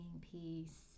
peace